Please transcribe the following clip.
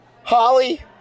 Holly